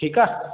ठीकु आहे